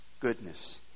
goodness